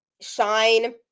shine